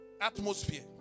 Atmosphere